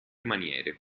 maniere